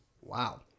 Wow